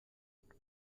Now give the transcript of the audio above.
ایدهاش